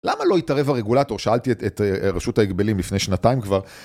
למה לא התערב הרגולטור? שאלתי את רשות ההגבלים לפני שנתיים כבר.